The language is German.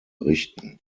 berichten